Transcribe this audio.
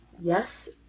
Yes